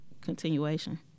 continuation